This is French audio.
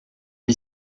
est